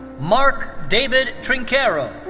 mark david trinquero.